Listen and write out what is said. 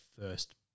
first